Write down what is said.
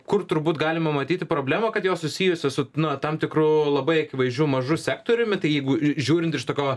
kur turbūt galima matyti problemą kad jos susijusios su nu tam tikru labai akivaizdžiu mažu sektoriumi tai jeigu žiūrint iš tokio